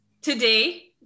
today